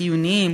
חיוניים,